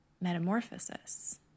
metamorphosis